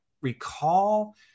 recall